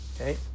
Okay